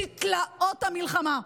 בשיא תלאות המלחמה,